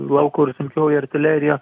lauko ir sunkioji artilerija